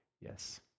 yes